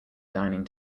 dining